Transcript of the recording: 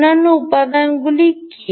অন্যান্য উপাদানগুলি কী কী